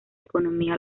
economía